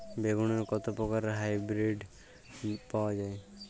বেগুনের কত প্রকারের হাইব্রীড পাওয়া যায়?